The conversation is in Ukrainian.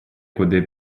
куди